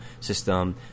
system